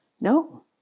No